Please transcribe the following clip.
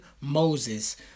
Moses